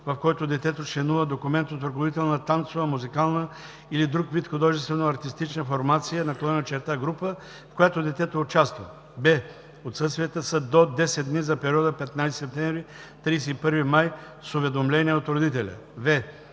в който детето членува, документ от ръководител на танцова, музикална или друг вид художествено-артистична формация/група, в която детето участва; б) отсъствията са до 10 дни за периода 15 септември – 31 май с уведомление от родителя; в)